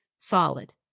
solid